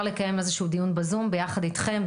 לקיים איזשהו דיון בזום ביחד איתכם,